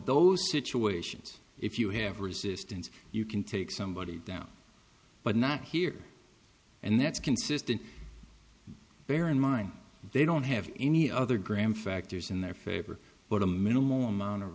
those situations if you have resistance you can take somebody down but not here and that's consistent bear in mind they don't have any other gram factors in their favor but a minimal amount of